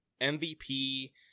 MVP